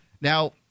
Now